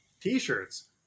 T-shirts